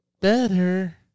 better